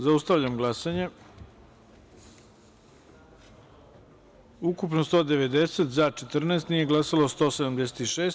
Zaustavljam glasanje: ukupno 190, za – 14, nije glasalo – 176.